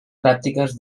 pràctiques